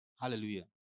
Hallelujah